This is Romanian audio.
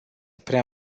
prea